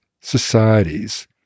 societies